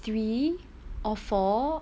three or four